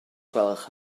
gwelwch